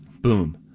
boom